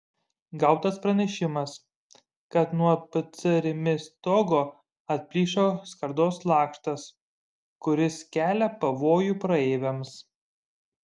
gautas pranešimas kad nuo pc rimi stogo atplyšo skardos lakštas kuris kelia pavojų praeiviams